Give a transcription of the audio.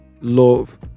love